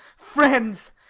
friends!